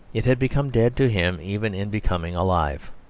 it had become dead to him even in becoming alive.